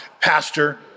pastor